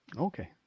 Okay